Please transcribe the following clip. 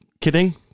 kidding